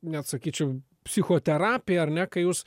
net sakyčiau psichoterapija ar ne kai jūs